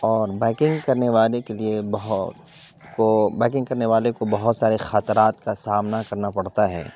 اور بائکنگ کرنے والے کے لیے بہت کو بائیکنگ کرنے والے کو بہت سارے خطرات کا سامنا کرنا پڑتا ہے